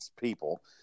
people